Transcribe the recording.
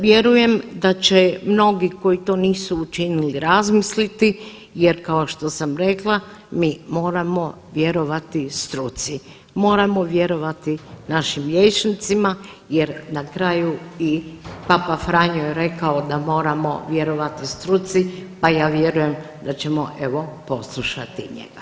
Vjerujem da će mnogi koji to nisu učinili razmisliti jer kao što sam rekla mi moramo vjerovati struci, moramo vjerovati našim liječnicima jer na kraju i Papa Franjo je rekao da moramo vjerovati struci pa ja vjerujem da ćemo evo poslušati i njega.